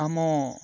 ଆମ